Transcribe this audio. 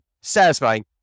Satisfying